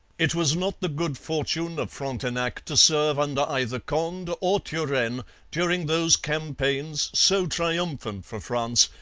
it was not the good fortune of frontenac to serve under either conde or turenne during those campaigns, so triumphant for france,